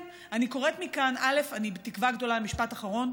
משפט אחרון.